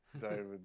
David